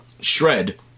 shred